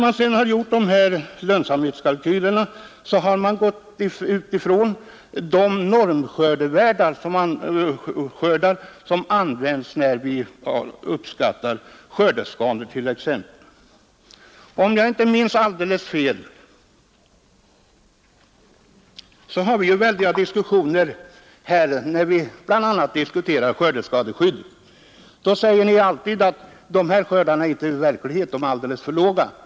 Vid upprättandet av lönsamhetskalkylerna har man utgått ifrån de normskördevärden som används t.ex. vid uppskattning av skördeskador. Om jag inte minns alldeles fel har vi livliga diskussioner här då vi bl.a. behandlar skördeskadeskydd. Det heter då att dessa skördevärden är alldeles för låga.